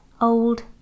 old